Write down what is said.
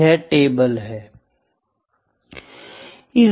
यह टेबल है